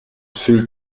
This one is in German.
fühlt